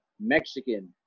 Mexican